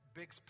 big